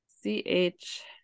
C-H